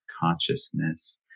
consciousness